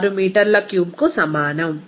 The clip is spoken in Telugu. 6 మీటర్ల క్యూబ్కు సమానం